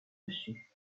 reçu